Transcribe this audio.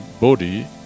body